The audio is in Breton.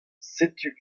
setu